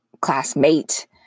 classmate